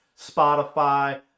spotify